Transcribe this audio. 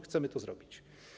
Chcemy to zrobić.